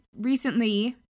recently